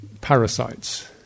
parasites